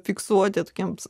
fiksuoti atgims